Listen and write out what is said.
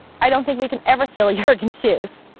i don't think we can ever fill juergen's shoes.